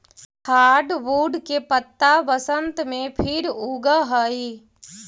hardwood के पत्त्ता बसन्त में फिर उगऽ हई